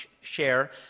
share